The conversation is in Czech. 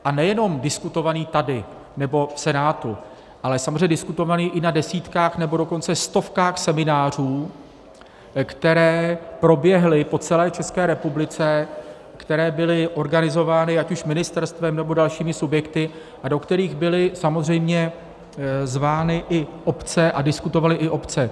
A nejenom diskutovaný tady nebo v Senátu, ale samozřejmě diskutovaný i na desítkách, nebo dokonce stovkách seminářů, které proběhly po celé České republice, které byly organizovány ať už ministerstvem, nebo dalšími subjekty, a do kterých byly samozřejmě zvány i obce a diskutovaly i obce.